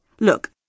Look